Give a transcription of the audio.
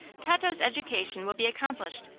tato's education will be accomplished,